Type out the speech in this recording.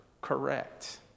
correct